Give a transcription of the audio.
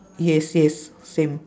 yes yes same